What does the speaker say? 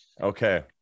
Okay